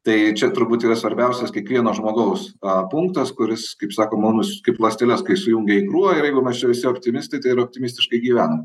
tai čia turbūt yra svarbiausias kiekvieno žmogaus a punktas kuris kaip sako mums kaip ląsteles kai sujungia į krūvą ir jeigu mes čia visi optimistai tai ir optimistiškai gyvenam